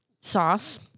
sauce